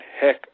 heck